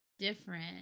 different